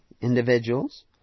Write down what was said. individuals